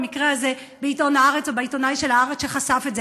במקרה הזה בעיתון "הארץ" או בעיתונאי של "הארץ" שחשף את זה.